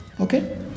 okay